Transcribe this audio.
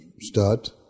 start